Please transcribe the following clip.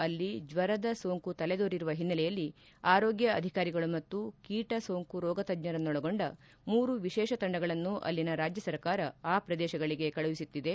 ಅಲ್ಲಿ ಜ್ವರದ ಸೋಂಕು ತಲೆದೋರಿರುವ ಹಿನ್ನೆಲೆಯಲ್ಲಿ ಆರೋಗ್ಲ ಅಧಿಕಾರಿಗಳು ಮತ್ತು ಕೀಟ ಸೋಂಕು ರೋಗ ತಜ್ಞರನ್ನೊಳಗೊಂಡ ಮೂರು ವಿಶೇಷ ತಂಡಗಳನ್ನು ಅಲ್ಲಿನ ರಾಜ್ಯ ಸರ್ಕಾರ ಆ ಪ್ರದೇಶಗಳಿಗೆ ಕಳುಹಿಸುತ್ತಿದೆ